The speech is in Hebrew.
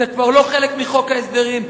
זה כבר לא חלק מחוק ההסדרים.